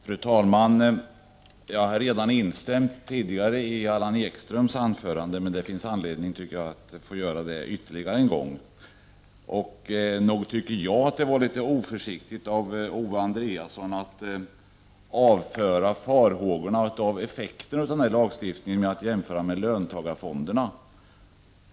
Fru talman! Jag har redan instämt i Allan Ekströms anförande, men jag tycker det finns anledning att göra det ytterligare en gång. Nog tycker jag att det var litet oförsiktigt av Owe Andréasson att avfärda farhågorna om effekterna av lagstiftningen med att jämföra med löntagarfonderna.